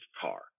car